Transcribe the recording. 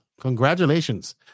Congratulations